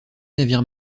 navire